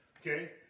Okay